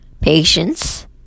patience